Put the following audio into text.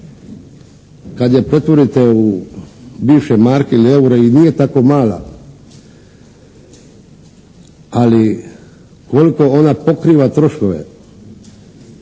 kad je pretvorite u bivše marke ili eure i nije tako mala, ali koliko ona pokriva troškove?